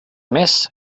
mes